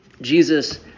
Jesus